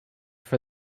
for